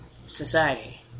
society